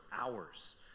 hours